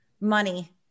money